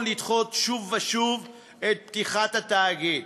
לדחות שוב ושוב את פתיחת התאגיד.